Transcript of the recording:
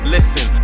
Listen